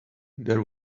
there